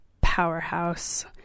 powerhouse